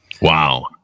Wow